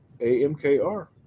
AMKR